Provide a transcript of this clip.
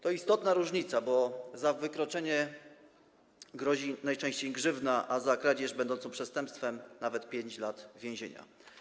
To istotna różnica, bo za wykroczenie grozi najczęściej grzywna, a za kradzież będącą przestępstwem nawet 5 lat więzienia.